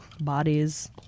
bodies